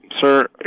sir